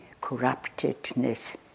corruptedness